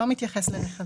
לא מתייחס לארגונים אחרים.